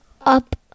up